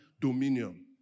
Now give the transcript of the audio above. dominion